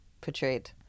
portrayed